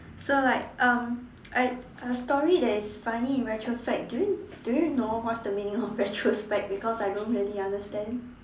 so like um a a story that is funny in retrospect do you do you know what's the meaning of retrospect because I don't really understand